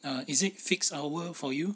err is it fixed hour for you